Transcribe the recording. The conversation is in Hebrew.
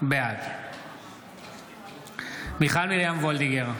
בעד מיכל מרים וולדיגר,